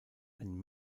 ein